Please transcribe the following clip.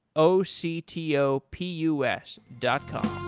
o c t o p u s dot com